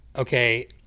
okay